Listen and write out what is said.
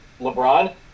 LeBron